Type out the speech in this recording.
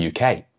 UK